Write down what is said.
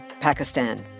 Pakistan